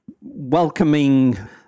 welcoming